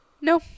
No